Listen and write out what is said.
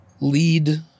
lead